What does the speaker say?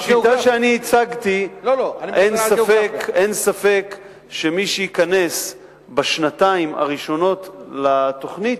בשיטה שאני הצגתי אין ספק שמי שייכנסו בשנתיים הראשונות לתוכנית